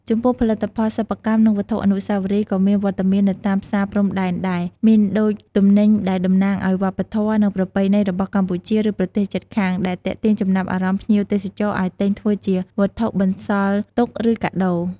ចំពោះផលិតផល សិប្បកម្ម និងវត្ថុអនុស្សាវរីយ៍ ក៏មានវត្តមាននៅតាមផ្សារព្រំដែនដែរ មានដូចទំនិញដែលតំណាងឱ្យវប្បធម៌ និងប្រពៃណីរបស់កម្ពុជា ឬប្រទេសជិតខាង ដែលទាក់ទាញចំណាប់អារម្មណ៍ភ្ញៀវទេសចរឱ្យទិញធ្វើជាវត្ថុបន្សល់ទុក ឬកាដូ។